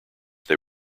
they